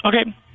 Okay